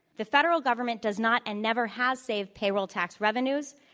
the federal government does not and never has saved payroll tax revenues.